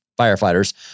firefighters